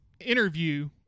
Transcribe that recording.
interview